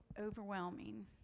overwhelming